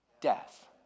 death